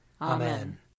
Amen